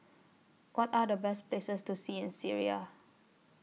What Are The Best Places to See in Syria